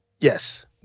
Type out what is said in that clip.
Yes